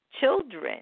children